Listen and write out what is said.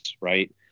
right